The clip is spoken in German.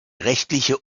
rechtliche